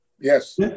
yes